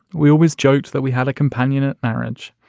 we always joked that we had a companionate marriage.